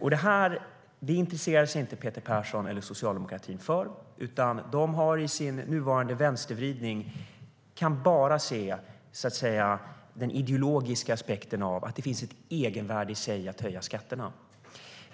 Detta intresserar sig inte Peter Persson eller socialdemokratin för, utan de kan i sin nuvarande vänstervridning bara se den ideologiska aspekten av att det finns ett egenvärde i sig att höja skatterna.